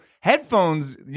Headphones